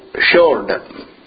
showed